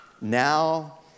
now